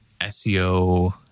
SEO